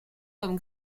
comme